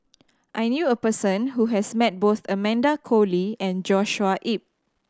I knew a person who has met both Amanda Koe Lee and Joshua Ip